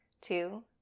two